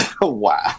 Wow